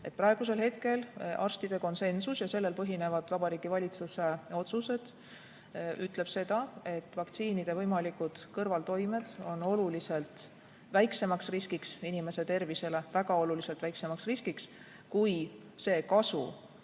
Praegusel hetkel arstide konsensus ja sellel põhinevad Vabariigi Valitsuse otsused ütlevad seda, et vaktsiinide võimalikud kõrvaltoimed on oluliselt väiksemaks riskiks inimese tervisele, väga oluliselt väiksemaks riskiks, kui see kasu,